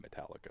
Metallica